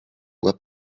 web